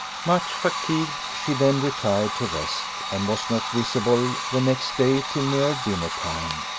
much fatigued, she then retired to rest, and was not visible the next day till near dinner-time.